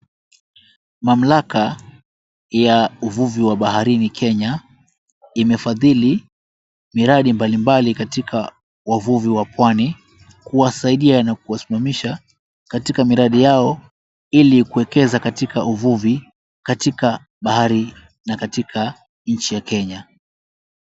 Mamlaka ya uvuvi wa baharini Kenya imefadhili miradi mbalimbali katika wavuvi wa pwani kuwasaidia na kuwasimamisha katika miradi yao ili kuekeza katika uvuvi, katika bahari na katika nchi ya Kenya.